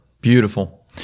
Beautiful